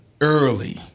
early